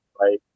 right